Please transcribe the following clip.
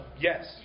Yes